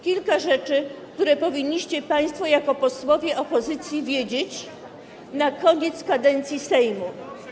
Kilka rzeczy, które powinniście państwo jako posłowie opozycji wiedzieć na koniec kadencji Sejmu.